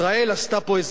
ישראל עשתה פה,